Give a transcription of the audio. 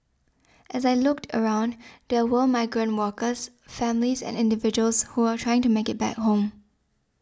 as I looked around there were migrant workers families and individuals who were trying to make it back home